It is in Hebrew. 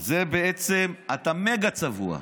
בעצם, אתה מגה-צבוע.